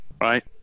Right